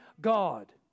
God